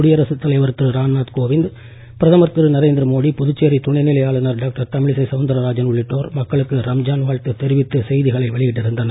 குடியரசு தலைவர் திரு ராம்நாத் கோவிந்த் பிரதமர் திரு நரேந்திர மோடி புதுச்சேரி துணை நிலை ஆளுநர் டாக்டர் தமிழிசை சவுந்தரராஜன் உள்ளிட்டோர் மக்களுக்கு ரம்ஜான் வாழ்த்து தெரிவித்து செய்திகளை வெளியிட்டு இருந்தனர்